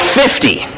fifty